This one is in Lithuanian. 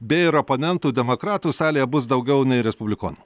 beje ir oponentų demokratų salėje bus daugiau nei respublikonų